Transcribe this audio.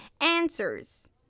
answers